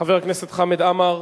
חבר הכנסת חמד עמאר,